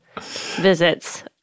visits